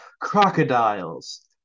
crocodiles